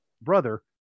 brother